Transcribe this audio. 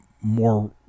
more